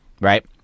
right